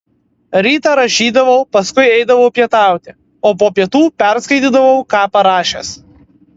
rytą rašydavau paskui eidavau pietauti o po pietų perskaitydavau ką parašęs